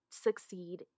succeed